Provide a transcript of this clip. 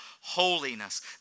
holiness